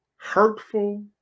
hurtful